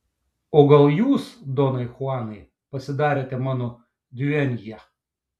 o gal jūs donai chuanai pasidarėte mano duenja